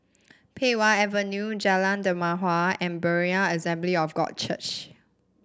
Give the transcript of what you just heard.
Pei Wah Avenue Jalan Dermawan and Berean Assembly of God Church